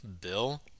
bill